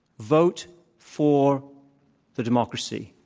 vote for the democracy.